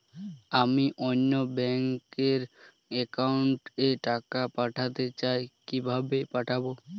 আমি অন্য ব্যাংক র অ্যাকাউন্ট এ টাকা পাঠাতে চাই কিভাবে পাঠাবো?